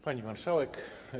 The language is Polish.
Pani Marszałek!